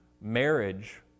Marriage